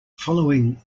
following